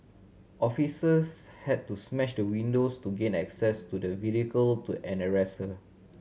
officers had to smash the windows to gain access to the vehicle to arrest her